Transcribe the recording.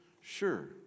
Sure